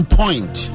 point